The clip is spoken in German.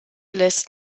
lässt